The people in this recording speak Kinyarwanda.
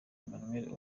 emmanuel